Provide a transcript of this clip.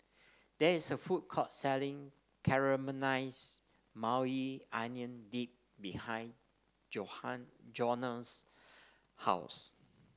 there is a food court selling Caramelize Maui Onion Dip behind Johnna's house